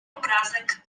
obrazek